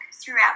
throughout